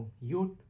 youth